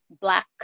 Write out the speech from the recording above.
black